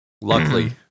luckily